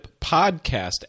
podcast